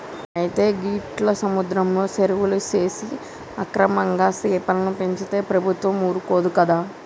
అయితే గీట్ల సముద్రంలో సెరువులు సేసి అక్రమంగా సెపలను పెంచితే ప్రభుత్వం ఊరుకోదు కదా